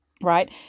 Right